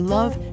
Love